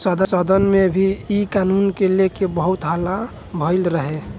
सदन में भी इ कानून के लेके बहुत हल्ला भईल रहे